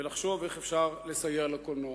ולחשוב איך אפשר לסייע לקולנוע.